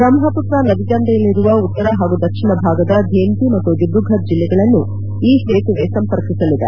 ಬ್ರಹ್ಮತ್ರ ನದಿ ದಂಡೆಯಲ್ಲಿರುವ ಉತ್ತರ ಹಾಗೂ ದಕ್ಷಿಣ ಭಾಗದ ಧೇಮ್ಜಿ ಮತ್ತು ದಿಬ್ರುಘರ್ ಜಿಲ್ಲೆಗಳನ್ನು ಈ ಸೇತುವೆ ಸಂಪರ್ಕಿಸಲಿದೆ